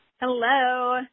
hello